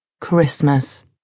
Christmas